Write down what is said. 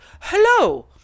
hello